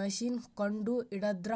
machine ಕಂಡು ಹಿಡದ್ರ